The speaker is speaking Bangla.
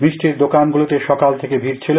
মিষ্টির দোকানগুলোতে সকাল থেকে ভিড় ছিল